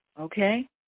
okay